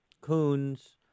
Coons